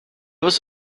was